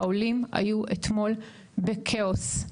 העולם היו אתמול בכאוס,